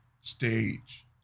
stage